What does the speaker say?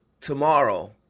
tomorrow